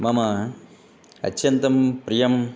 मम अत्यन्तं प्रियं